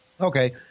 Okay